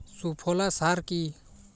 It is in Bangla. সুফলা সার কি?